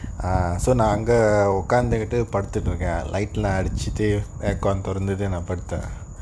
uh so நான் அங்க உக்காந்துகிட்டு படுத்துக்கிட்டு இருக்கேன்:naan anga ukkanthuttu paduthukittu iruken light அணைச்சு கதவு தொறந்து நான் படுத்தேன்:anaichu kathava thoranthu naa paduthen